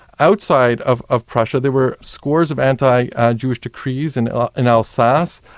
outside of of prussia there were scores of anti-jewish decrees, in ah and alsace,